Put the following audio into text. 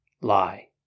lie